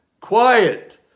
quiet